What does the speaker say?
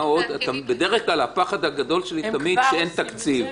בדרך כלל הפחד הגדול שלי תמיד שאין תקציב,